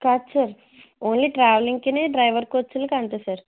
కాదు sir only ట్రావెలింగ్కిని driver ఖర్చులకి అంతే సార్